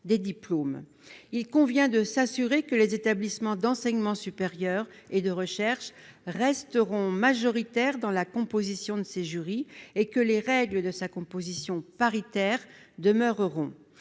Il convient de s'assurer que les établissements d'enseignement supérieur et de recherche resteront majoritaires dans la composition de ces jurys et que les règles de nomination demeureront